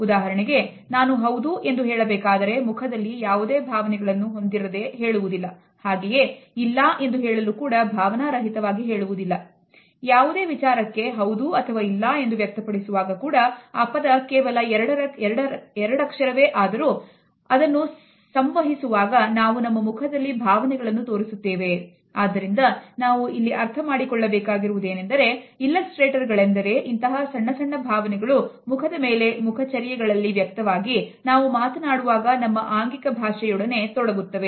ಉದಾಹರಣೆಗೆ ನಾನು ಹೌದು ಎಂದು ಹೇಳಬೇಕಾದರೆ ಮುಖದಲ್ಲಿ ಯಾವುದೇ ಭಾವನೆಗಳನ್ನು ಹೊಂದಿರದೆ ಆದ್ದರಿಂದ ನಾವು ಇಲ್ಲಿ ಅರ್ಥಮಾಡಿಕೊಳ್ಳಬೇಕಾಗಿರುವುದು ಏನೆಂದರೆ ಇಲ್ಲುಸ್ತ್ರೇಟರ್ ಗಳೆಂದರೆ ಇಂತಹ ಸಣ್ಣ ಸಣ್ಣ ಭಾವನೆಗಳು ಮುಖದ ಮೇಲೆ ಮುಖಚರ್ಯೆ ಗಳಲ್ಲಿ ವ್ಯಕ್ತವಾಗಿ ನಾವು ಮಾತನಾಡುವಾಗ ನಮ್ಮ ಆಂಗಿಕ ಭಾಷೆಯೊಡನೆ ತೊಡಗುತ್ತವೆ